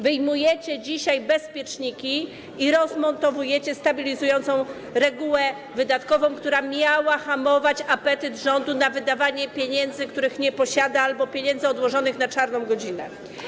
Wyjmujecie dzisiaj bezpieczniki i rozmontowujecie stabilizującą regułę wydatkową, która miała hamować apetyt rządu na wydawanie pieniędzy, których nie posiada, albo pieniędzy odłożonych na czarną godzinę.